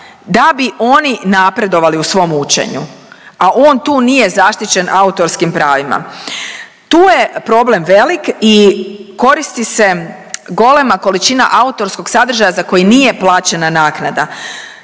da bi oni napredovali u svom učenju, a on tu nije zaštićen autorskim pravima. Tu je problem velik i koristi se golema količina autorskog sadržaja za koji nije plaćena naknada.